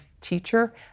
teacher